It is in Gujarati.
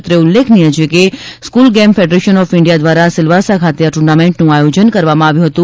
અત્રે ઉલ્લેખનીય છે કે school game federation of India દ્વારા સિલવાસા ખાતે આ ટુર્નામેન્ટનું આયોજન કરવામાં આવ્યું હતું